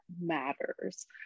matters